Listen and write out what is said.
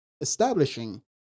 establishing